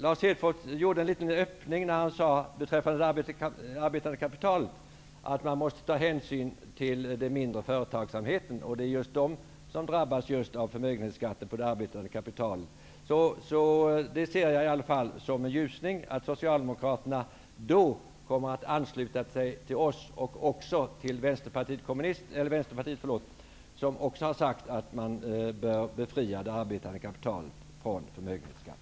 Lars Hedfors gav en liten öppning beträffande det arbetande kapitalet när han sade att man måste ta hänsyn till att de mindre företagen drabbas av förmögenhetsskatten på det arbetande kapitalet. Jag ser det ändå som en ljusning att Socialdemokraterna i det fallet kommer att ansluta sig till oss, på samma sätt som Vänsterpartiet, som också har sagt att man bör befria det arbetande kapitalet från förmögenhetsskatt.